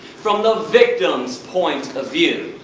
from the victims' point of view.